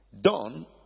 done